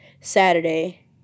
Saturday